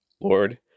Lord